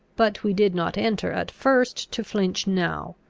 but we did not enter at first to flinch now.